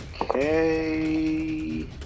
Okay